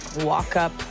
walk-up